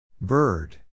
Bird